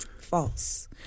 False